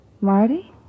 Marty